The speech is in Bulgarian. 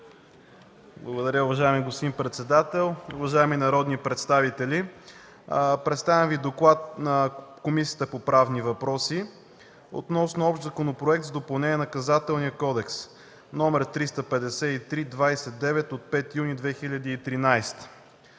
Благодаря. Уважаеми господин председател, уважаеми народни представители! Представям Ви доклад на Комисията по правни въпроси относно Общ законопроект за допълнение на Наказателния кодекс, № 353-20-9, от 5 юни 2013